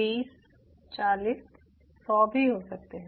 20 40 100 भी हो सकते हैं